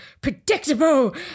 predictable